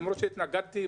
למרות שהתנגדתי,